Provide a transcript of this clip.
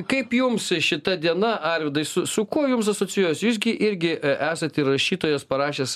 kaip jums šita diena arvydai su su kuo jums asocijuojasi jūs gi irgi esat ir rašytojas parašęs